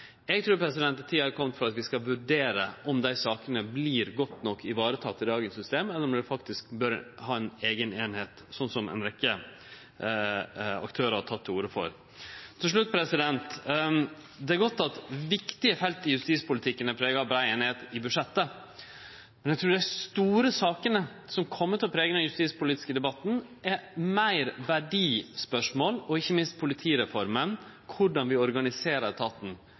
Eg trur tida er komen for å vurdere om dei sakene vert godt nok vareteke i dagens system, eller om vi faktisk bør ha ei eiga eining, slik ei rekkje aktørar har teke til orde for. Til slutt: Det er godt at viktige felt i justispolitikken er prega av brei einigheit i budsjettet, men eg trur at dei store sakene som kjem til å prege den justispolitiske debatten, er meir verdispørsmål – ikkje minst vert politireforma om korleis vi organiserer etaten